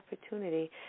opportunity